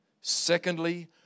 Secondly